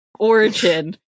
origin